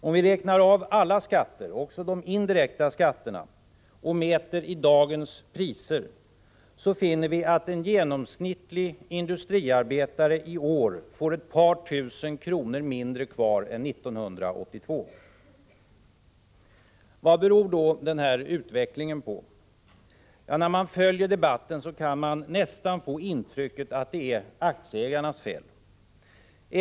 Om vi räknar av alla skatter, också de indirekta skatterna, och mäter i dagens priser, så finner vi att en genomsnittlig industriarbetare i år får ett par tusen kronor mindre kvar än 1982. Vad beror då den här utvecklingen på? När man följer debatten kan man nästan få intrycket att det är aktieägarnas fel.